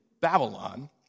Babylon